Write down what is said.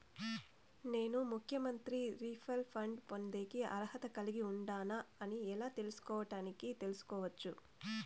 నేను ముఖ్యమంత్రి relief fund పొందేకి అర్హత కలిగి ఉండానా అని ఎలా తెలుసుకోవడానికి తెలుసుకోవచ్చు